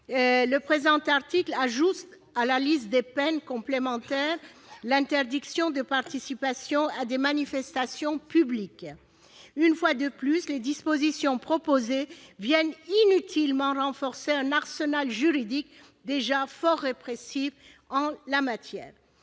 Le présent article 6 ajoute à la liste des peines complémentaires l'interdiction de participation à des manifestations publiques. Une fois de plus, les dispositions proposées viennent inutilement renforcer un arsenal juridique déjà fort répressif en la matière.